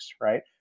right